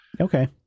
Okay